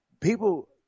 people